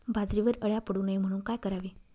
बाजरीवर अळ्या पडू नये म्हणून काय करावे?